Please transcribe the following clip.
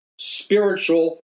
spiritual